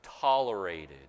tolerated